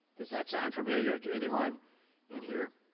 does that sound familiar to anyone in here?